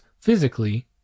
physically